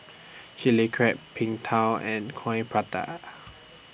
Chilli Crab Png Tao and Coin Prata